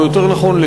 או יותר נכון,